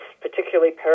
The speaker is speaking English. particularly